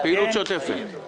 פעילות שוטפת.